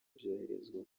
byoherezwa